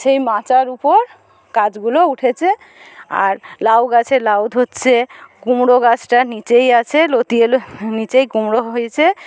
সেই মাচার উপর গাছগুলো উঠেছে আর লাউ গাছে লাউ ধরছে কুমড়ো গাছটা নীচেই আছে লতিয়ে লতি নীচেই কুমড়ো হয়েছে